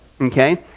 Okay